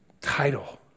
title